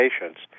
patients